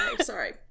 Sorry